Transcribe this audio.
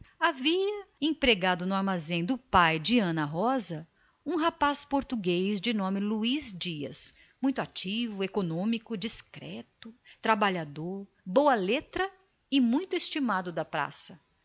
havia empregado no armazém do pai de ana rosa um rapaz português de nome luís dias muito ativo econômico discreto trabalhador com uma bonita letra e muito estimado na praça